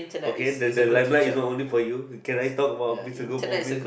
okay there the limelight is not only for you can I talk about mister Goh-Bo-Peng